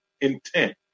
intent